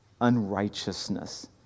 unrighteousness